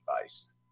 device